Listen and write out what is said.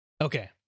okay